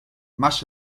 masz